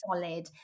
solid